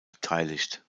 beteiligt